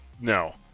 No